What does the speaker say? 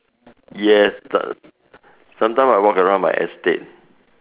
yes but sometime I walk around my estate